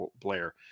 Blair